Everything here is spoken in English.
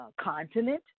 continent